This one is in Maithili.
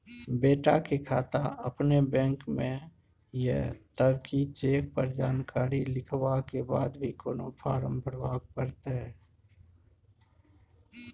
बेटा के खाता अपने बैंक में ये तब की चेक पर जानकारी लिखवा के बाद भी कोनो फारम भरबाक परतै?